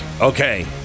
okay